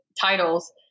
titles